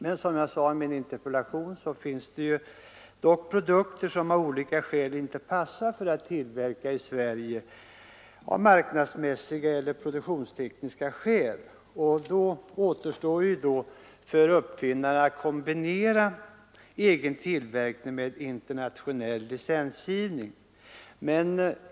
Men som jag sade i min interpellation finns det produkter som inte passar att tillverka i Sverige, av marknadsmässiga eller produktionstekniska skäl. Då återstår för uppfinnarna att kombinera egen tillverkning med internationell licensgivning.